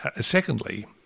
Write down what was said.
Secondly